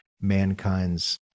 mankind's